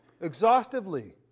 exhaustively